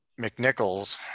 McNichols